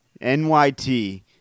NYT